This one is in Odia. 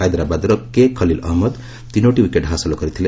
ହାଇଦ୍ରାବାଦ୍ର କେ ଖଲିଲ୍ ଅହମ୍ମଦ୍ ତିନୋଟି ୱିକେଟ୍ ହାସଲ କରିଥିଲେ